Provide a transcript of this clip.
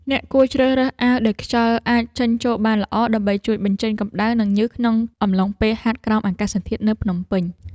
អ្នកគួរជ្រើសរើសអាវដែលខ្យល់អាចចេញចូលបានល្អ ដើម្បីជួយបញ្ចេញកម្ដៅ និងញើសក្នុងអំឡុងពេលហាត់ក្រោមអាកាសធាតុនៅភ្នំពេញ។